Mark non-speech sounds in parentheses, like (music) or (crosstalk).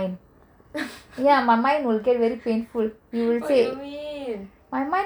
(laughs) what you mean